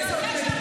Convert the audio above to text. יש גם מלחמה,